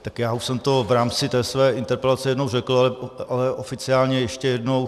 Já už jsem to v rámci té své interpelace jednou řekl, ale oficiálně ještě jednou.